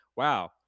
wow